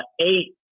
eight